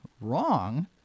wrong